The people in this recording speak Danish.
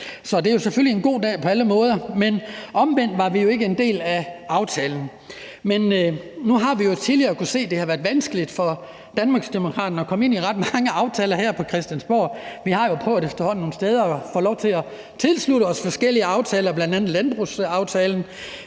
så det er selvfølgelig en god dag på alle måder. Omvendt var vi jo ikke en del af aftalen. Nu har vi jo tidligere kunnet se, at det har været vanskeligt for Danmarksdemokraterne at komme ind i ret mange aftaler her på Christiansborg. Vi har jo efterhånden prøvet at få lov til at tilslutte os forskellige aftaler, bl.a. landbrugsaftalen,